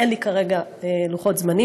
אין לי כרגע לוחות זמנים.